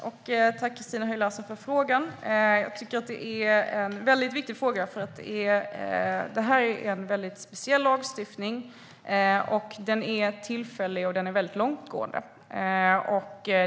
Herr talman! Tack, Christina Höj Larsen, för frågan! Jag tycker att det är en väldigt viktig fråga, för det här är en väldigt speciell lagstiftning som är tillfällig och långtgående.